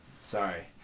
Sorry